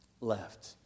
left